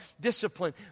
discipline